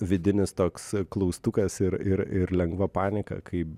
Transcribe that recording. vidinis toks klaustukas ir ir ir lengva panieka kai